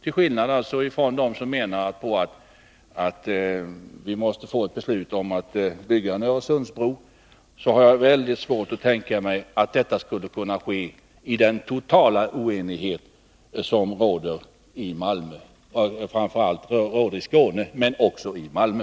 Till skillnad från dem som menar att vi måste få ett beslut om att bygga en Öresundsbro har jag väldigt svårt att tänka mig att ett sådant skulle kunna fattas, med tanke på den totala oenighet som råder i Skåne och alltså även i Malmö.